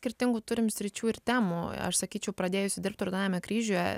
skirtingų turim sričių ir temų aš sakyčiau pradėjusi dirbti raudonajame kryžiuje